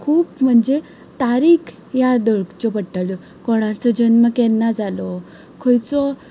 खूब म्हणजे तारीख याद दवरच्यो पडटाल्यो कोणाचो जल्म केन्ना जालो खंयचो